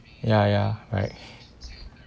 ya ya right